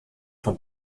von